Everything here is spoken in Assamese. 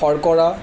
শৰ্কৰা